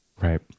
Right